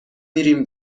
میریم